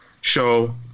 show